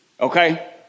Okay